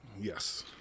Yes